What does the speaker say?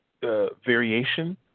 variation